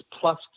plus